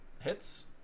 Hits